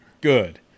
good